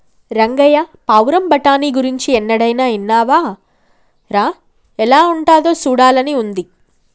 రంగయ్య పావురం బఠానీ గురించి ఎన్నడైనా ఇన్నావా రా ఎలా ఉంటాదో సూడాలని ఉంది